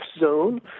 zone